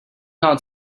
not